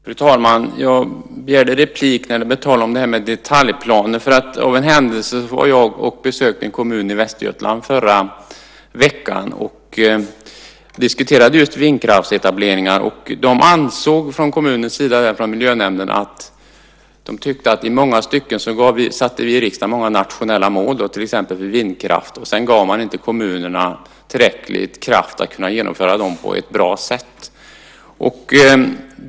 Fru talman! Jag begärde replik när det blev tal om detaljplaner. Av en händelse besökte jag en kommun i Västergötland förra veckan, och vi diskuterade just vindkraftsetableringar. Miljönämnden i kommunen ansåg att vi i riksdagen i många stycken sätter upp nationella mål, till exempel för vindkraft, och sedan ger vi inte kommunerna tillräcklig kraft att kunna genomföra dem på ett bra sätt.